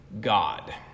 God